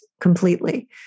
completely